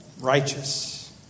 righteous